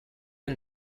and